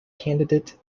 candidate